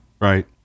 right